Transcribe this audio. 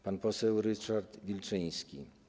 Pan poseł Ryszard Wilczyński.